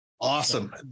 Awesome